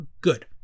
good